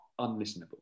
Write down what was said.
unlistenable